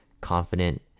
confident